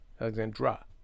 alexandra